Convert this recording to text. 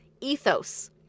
Ethos